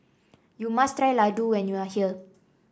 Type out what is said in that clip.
you must try Ladoo when you are here